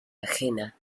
ajena